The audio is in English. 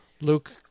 luke